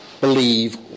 believe